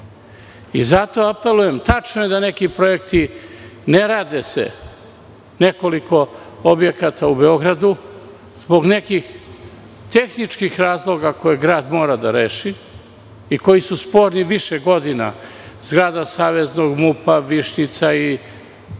Zato i apelujem. Tačno je da se neki projekti ne rade, nekoliko objekata u Beogradu, zbog nekih tehničkih razloga koje grad mora da reši i koji su sporni više godina - grada Saveznog MUP, Višnjica i nekoliko